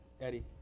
Eddie